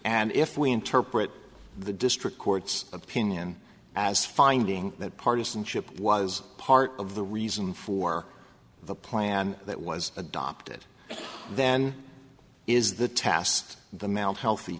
and if we interpret the district court's opinion as finding that partisanship was part of the reason for the plan that was adopted then is the tast the mount healthy